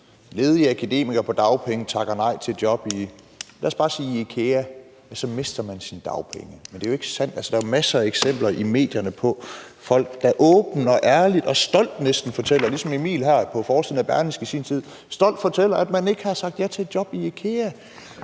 ledig akademiker på dagpenge takker nej til et job i f.eks. IKEA, mister man sine dagpenge. Men det er jo ikke sandt. Der er masser af eksempler i medierne på folk, der åbent og ærligt og næsten stolt fortæller – ligesom Emil her på forsiden af Berlingske i sin tid – at man ikke har sagt ja til et job i IKEA.